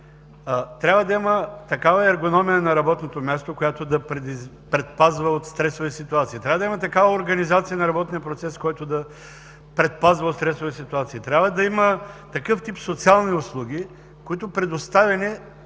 трябва да има такава ергономия на работното място, която да предпазва от стресови ситуации, трябва да има такава организация на работния процес, която да предпазва от стресови ситуации. Трябва да има такъв тип социални услуги, които, предоставени,